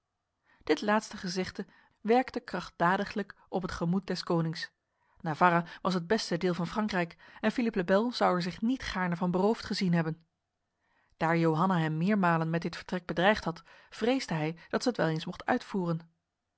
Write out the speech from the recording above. dit laatste gezegde werkte krachtdadiglijk op het gemoed des konings navarra was het beste deel van frankrijk en philippe le bel zou er zich niet gaarne van beroofd gezien hebben daar johanna hem meermalen met dit vertrek bedreigd had vreesde hij dat zij het wel eens mocht uitvoeren